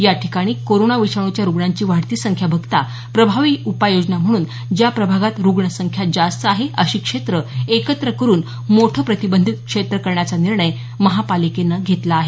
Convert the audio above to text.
या ठिकाणी कोरोना विषाणूच्या रूग्णांची वाढती संख्या बघता प्रभावी उपाययोजना म्हणून ज्या प्रभागात रुग्ण संख्या जास्त आहे अशी क्षेत्रं एकत्र करून मोठं प्रतिबंधित क्षेत्र करण्याचा निर्णय महानगरपालिकेनं घेतलेला आहे